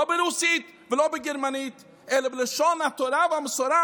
לא ברוסית ולא בגרמנית אלא בלשון התורה והמסורה,